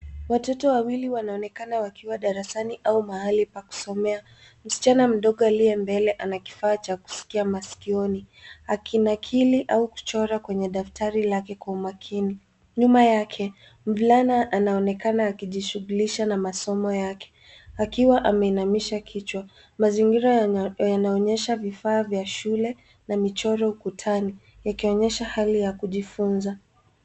Watoto wawili wanaonekana wakiwa darasani au mahali pa kusomea. Msichana mdogo aliye mbele ana kifaa cha kusikia masikioni, akinakili au kuchora kwenye daftari lake kwa umakini. Nyuma yake, mvulana anaonekana akijishugulisha na masomo yake akiwa ameinamisha kichwa. Mazingira yanaonyesha vifaa vya shule na michoro ukutani, ikionyesha hali ya kujifunza.